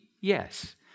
yes